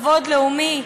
כבוד לאומי.